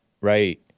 Right